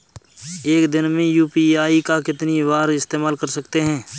एक दिन में यू.पी.आई का कितनी बार इस्तेमाल कर सकते हैं?